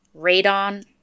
radon